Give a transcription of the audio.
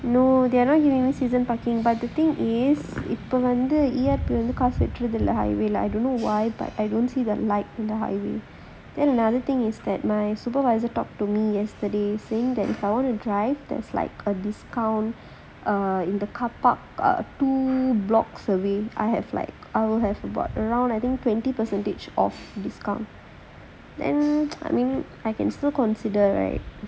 no they are not giving me season parking by the thing is இப்ப வந்து:ippa vanthu year கற்றது இல்ல:kattrathu illa highway leh I don't know why but I don't see the light in the highway then another thing is that my supervisor talk to me yesterday saying that if I want to drive there's like a discount err in the carpark err two blocks away I have around twenty to thirty discount and then um I am still consider right